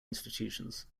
institutions